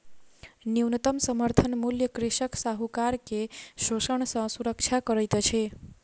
न्यूनतम समर्थन मूल्य कृषक साहूकार के शोषण सॅ सुरक्षा करैत अछि